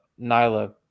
Nyla